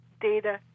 data